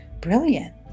brilliant